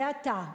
זה אתה.